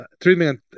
treatment